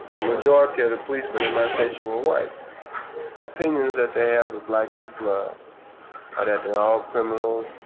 majority of the policemen in my station were white. the opinions that they have of black people are ah that they're all criminals,